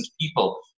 people